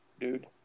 dude